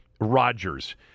Rodgers